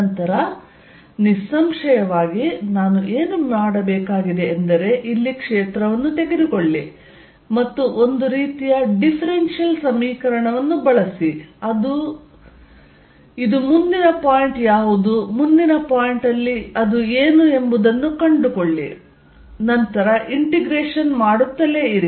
ನಂತರ ನಿಸ್ಸಂಶಯವಾಗಿ ನಾನು ಏನು ಮಾಡಬೇಕಾಗಿದೆ ಎಂದರೆ ಇಲ್ಲಿ ಕ್ಷೇತ್ರವನ್ನು ತೆಗೆದುಕೊಳ್ಳಿ ಮತ್ತು ಒಂದು ರೀತಿಯ ಡಿಫ್ರೆನ್ಷಿಯಲ್ ಸಮೀಕರಣವನ್ನು ಬಳಸಿ ಅದು ಇದು ಮುಂದಿನ ಪಾಯಿಂಟ್ ಯಾವುದು ಮುಂದಿನ ಪಾಯಿಂಟ್ ಅಲ್ಲಿ ಅದು ಏನು ಎಂಬುದನ್ನು ಕಂಡುಕೊಳ್ಳಿ ಮತ್ತು ನಂತರ ಇಂಟಿಗ್ರೇಷನ್ ಮಾಡುತ್ತಲೇ ಇರಿ